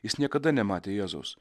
jis niekada nematė jėzaus